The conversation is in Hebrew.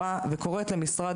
מדובר בדיון המשך